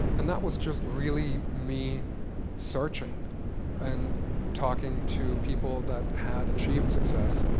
and that was just really me searching and talking to people that had achieved success,